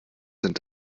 sind